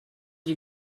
you